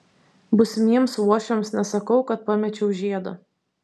būsimiems uošviams nesakau kad pamečiau žiedą